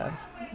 university